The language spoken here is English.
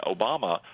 Obama